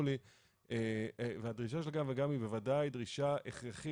לי על כל הדברים אבל הדרישה של גם וגם היא בוודאי דרישה הכרחית,